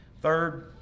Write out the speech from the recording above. Third